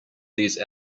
these